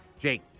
Jake